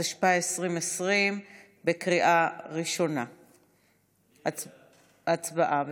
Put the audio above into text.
התשפ"א 2020. הצבעה בבקשה.